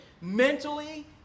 mentally